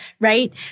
right